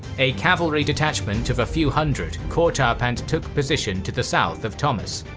a cavalry detachment of a few hundred caught up and took position to the south of thomas.